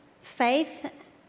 faith